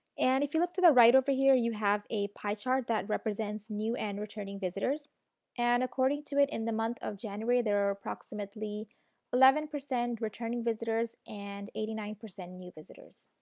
and if you look to the right over here, you have a pie chart which represents new and returning visitors and according to it in the month of january there are approximately eleven percent returning visitors and eighty nine percent new visitors.